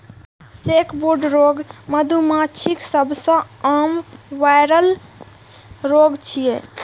sacbrood रोग मधुमाछीक सबसं आम वायरल रोग छियै